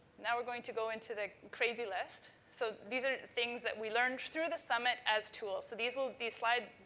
now we're going to go into the crazy list. so, these are things that we learned through the summit as tools. so, these are the slides.